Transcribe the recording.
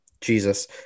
jesus